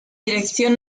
dirección